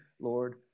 Lord